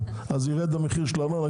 ואז ירד מחיר הארנונה.